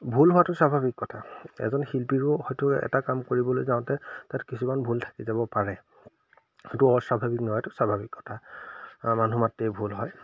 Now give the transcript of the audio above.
ভুল হোৱাটো স্বাভাৱিক কথা এজন শিল্পীৰো হয়তো এটা কাম কৰিবলৈ যাওঁতে তাত কিছুমান ভুল থাকি যাব পাৰে সেইটো অস্বাভাৱিক নহয় এইটো স্বাভাৱিক কথা মানুহ মাত্ৰেই ভুল হয়